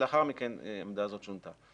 לאחר מכן העמדה הזאת שונתה.